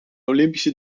olympische